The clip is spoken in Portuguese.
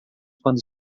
quando